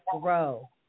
grow